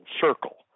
circle